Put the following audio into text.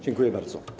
Dziękuję bardzo.